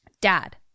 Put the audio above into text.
Dad